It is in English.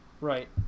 Right